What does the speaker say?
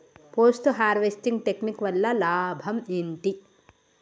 Post harvesting technique వల్ల లాభం ఏంటి?